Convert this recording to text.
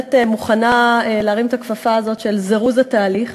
בהחלט מוכנה להרים את הכפפה הזאת של זירוז התהליך,